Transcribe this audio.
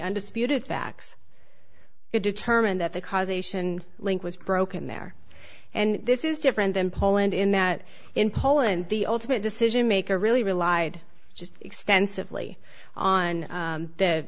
undisputed facts it determined that the causation link was broken there and this is different than poland in that in poland the ultimate decision maker really relied just extensively on